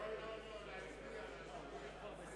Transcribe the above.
שני נמנעים.